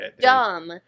Dumb